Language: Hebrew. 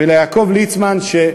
וליעקב ליצמן,